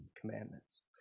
commandments